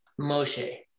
Moshe